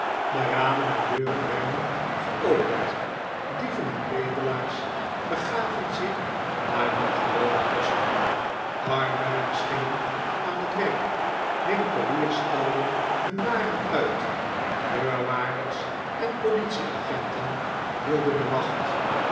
de ramen en deuren werden geopend dieven en bedelaars begaven zich naar nun gewone posten arbeiders gingen aan het werk winkeliers stalden hun waren uit deurwaarders en politieagenten hielden de wacht